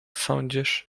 sądzisz